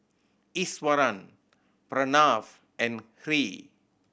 Iswaran Pranav and Three